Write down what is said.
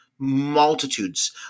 multitudes